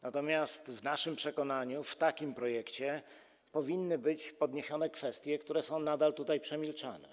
Natomiast w naszym przekonaniu w takim projekcie powinny być podniesione kwestie, które są nadal tutaj przemilczane.